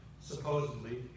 supposedly